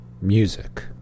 music